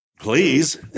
Please